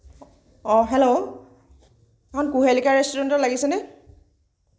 অ hello এইখন কুহেলিকা ৰেষ্টুৰেণ্টত লাগিছে নে